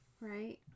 right